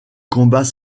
combats